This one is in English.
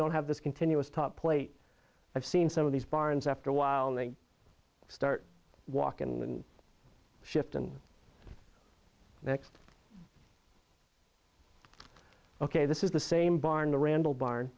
don't have this continuous top plate i've seen some of these barns after a while they start walking and shift and next ok this is the same barn randall barn